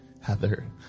Heather